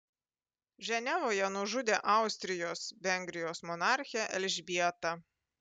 ženevoje nužudė austrijos vengrijos monarchę elžbietą